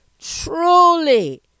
Truly